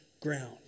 ground